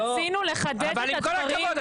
רצינו לחדד את הדברים --- אבל עם כל הכבוד,